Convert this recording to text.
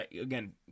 Again